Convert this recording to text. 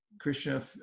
Krishna